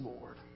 Lord